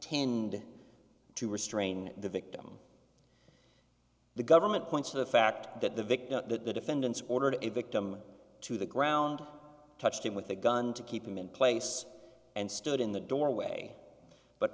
tend to restrain the victim the government points to the fact that the victim that the defendant's ordered a victim to the ground touched him with a gun to keep him in place and stood in the doorway but